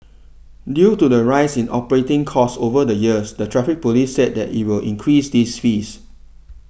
due to the rise in operating costs over the years the Traffic Police said that it will increase these fees